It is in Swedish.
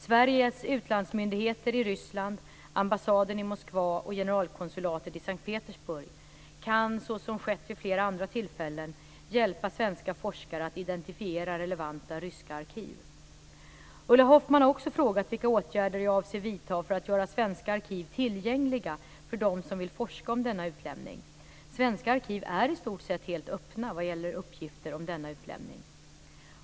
Sveriges utlandsmyndigheter i Ryssland - ambassaden i Moskva och generalkonsulatet i S:t Petersburg - kan, såsom skett vid flera andra tillfällen, hjälpa svenska forskare att identifiera relevanta ryska arkiv. Ulla Hoffmann har också frågat vilka åtgärder jag avser vidta för att göra svenska arkiv tillgängliga för dem som vill forska om denna utlämning. Svenska arkiv är i stort sett helt öppna vad gäller uppgifter om denna utlämning.